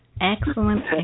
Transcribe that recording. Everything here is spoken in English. Excellent